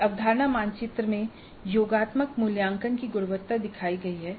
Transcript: इस अवधारणा मानचित्र में योगात्मक मूल्यांकन की गुणवत्ता दिखाई गई है